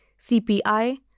CPI